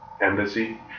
Embassy